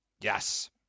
yes